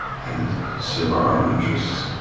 and serve our own interests.